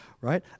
right